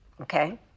Okay